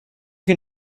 can